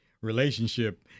relationship